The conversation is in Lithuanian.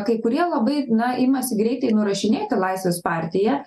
kai kurie labai na imasi greitai nurašinėti laisvės partiją